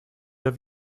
have